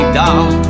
down